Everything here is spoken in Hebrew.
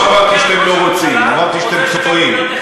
לא אמרתי שאתם לא רוצים, אמרתי שאתם טועים.